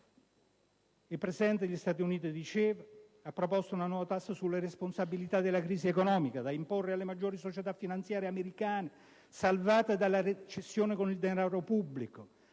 Il Presidente degli Stati Uniti ha proposto una nuova tassa sulle responsabilità della crisi economica da imporre alle maggiori società finanziarie americane salvate dalla recessione con il denaro pubblico.